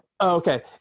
okay